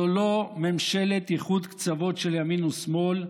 זו לא ממשלת איחוד קצוות של ימין ושמאל,